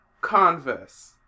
Converse